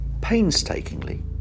Painstakingly